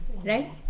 Right